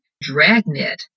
dragnet